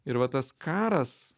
ir va tas karas